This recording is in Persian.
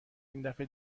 ایندفعه